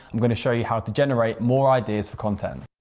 i'm going to show you how to generate more ideas for content.